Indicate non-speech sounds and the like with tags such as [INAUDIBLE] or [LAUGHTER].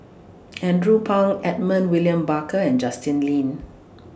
[NOISE] Andrew Phang Edmund William Barker and Justin Lean